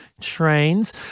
trains